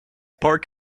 park